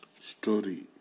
Story